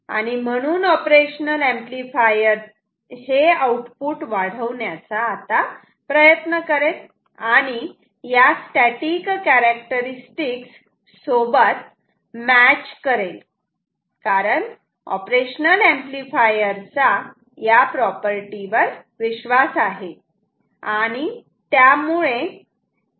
आणि म्हणून operational amplifier हे आउटपुट वाढवण्याचा प्रयत्न करेल आणि या स्टॅटिक कॅरेक्टरस्टिक्स सोबत मॅच करेल कारण ऑपरेशनल ऍम्प्लिफायर चा या प्रॉपर्टी वर विश्वास आहे